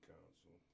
Council